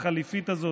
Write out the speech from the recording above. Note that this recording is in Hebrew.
החליפית הזאת,